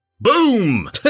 Boom